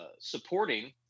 supporting